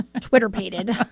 Twitter-pated